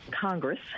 Congress